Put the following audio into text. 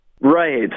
Right